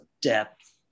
depth